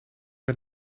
ben